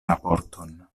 raporton